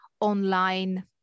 online